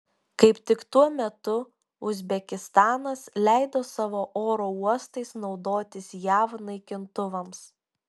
kaip tik tuo metu uzbekistanas leido savo oro uostais naudotis jav naikintuvams